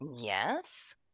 Yes